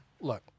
Look